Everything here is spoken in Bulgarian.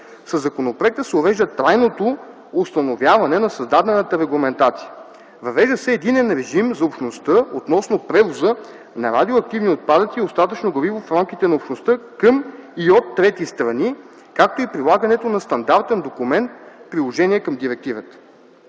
Със законопроекта се урежда трайното установяване на създадената регламентация. Въвежда се единен режим за Общността относно превоза на радиоактивни отпадъци и остатъчно гориво в рамките на Общността към и от трети страни, както и прилагането на Стандартен документ (приложение към директивата).